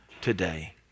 today